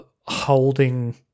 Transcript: holding